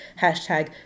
Hashtag